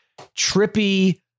trippy